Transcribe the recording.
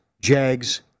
Jags